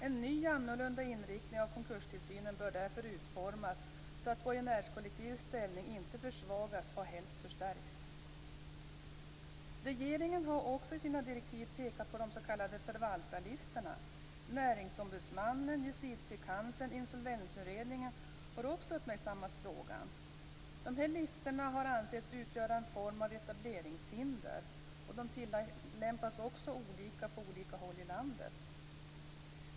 En ny annorlunda inriktning av konkurstillsynen bör därför utformas så att borgenärskollektivets ställning inte försvagas och helst förstärks. Regeringen har också i sina direktiv pekat på de s.k. förvaltarlistorna. Näringsombudsmannen, Justitiekanslern och Insolvensutredningen har också uppmärksammat frågan. Listorna har ansetts utgöra en form av etableringshinder. De tillämpas också olika på olika håll i landet.